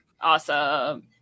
Awesome